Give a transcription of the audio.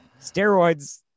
Steroids